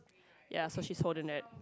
ya so she is holding it